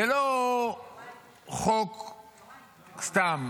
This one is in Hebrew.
זה לא חוק סתם.